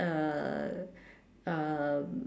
uh um